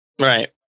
Right